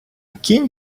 кінь